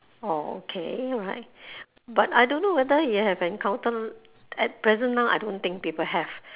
orh okay right but I don't know whether you have encountered at present now I don't think people have